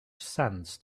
sense